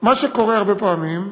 מה שקורה הרבה פעמים,